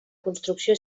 construcció